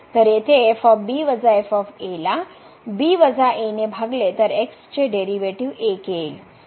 तर येथे ला b a ने भागले तर x चे डेरीवेटीव 1 येईल